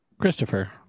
Christopher